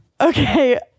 Okay